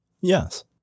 Yes